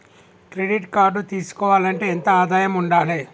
Credit card తీసుకోవాలంటే ఎంత ఆదాయం ఉండాలే?